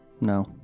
No